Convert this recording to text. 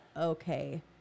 okay